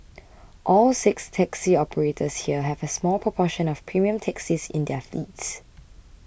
all six taxi operators here have a small proportion of premium taxis in their fleets